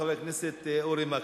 חבר הכנסת אורי מקלב.